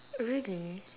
really